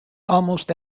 almost